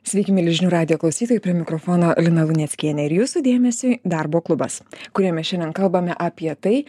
sveiki mieli žinių radijo klausytojai prie mikrofono lina luneckienė ir jūsų dėmesiui darbo klubas kuriame šiandien kalbame apie tai